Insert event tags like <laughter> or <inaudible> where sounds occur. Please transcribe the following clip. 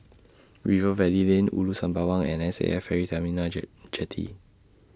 Rivervale Lane Ulu Sembawang and S A F Ferry Terminal and <unintelligible> Jetty